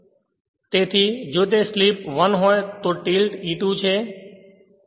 તેથી જો તે સ્લિપ 1 હોય તો તે ટિલ્ટ E2 છે